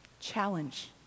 Challenge